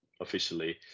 officially